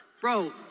Bro